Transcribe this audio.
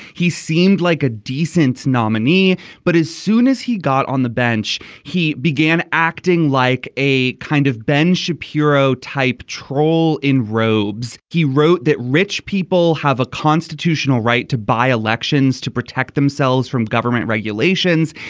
he seemed like a decent nominee but as soon as he got on the bench he began acting like a kind of ben shapiro type troll in robes. he wrote that rich people have a constitutional right to buy elections to protect themselves from government regulations.